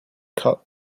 cut